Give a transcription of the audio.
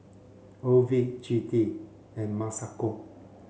Ovid Jodi and Masako